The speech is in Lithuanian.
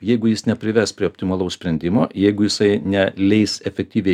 jeigu jis neprives prie optimalaus sprendimo jeigu jisai neleis efektyviai